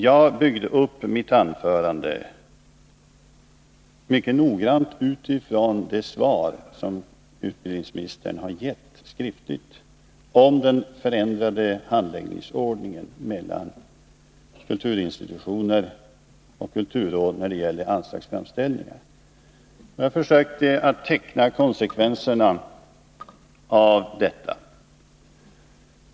Jag byggde upp mitt anförande mycket noggrant med utgångspunkt i det skriftliga svar som utbildningsministern lämnat om den förändrade handläggningsordningen mellan kulturinstitutioner och kulturråd när det gäller anslagsframställningar. Jag försökte visa på konsekvenserna av den.